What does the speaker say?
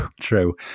true